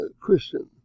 Christian